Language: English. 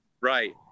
Right